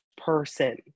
person